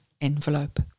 envelope